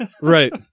Right